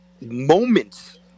moments